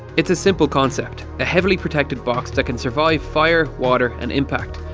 it's a simple concept. a heavily protected box that can survive fire, water and impact.